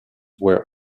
where